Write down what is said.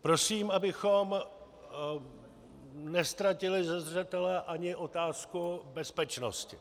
Prosím, abychom neztratili ze zřetele ani otázku bezpečnosti.